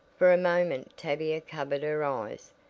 for a moment tavia covered her eyes,